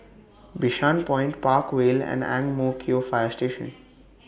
Bishan Point Park Vale and Ang Mo Kio Fire Station